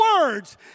words